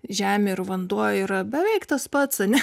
žemė ir vanduo yra beveik tas pats ane